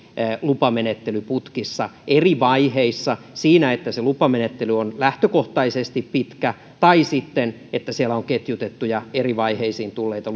lupamenettelyputkissa eri vaiheissa niin että se lupamenettely on lähtökohtaisesti pitkä tai sitten niin että siellä on ketjutettuja eri vaiheisiin tulleita